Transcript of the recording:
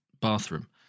bathroom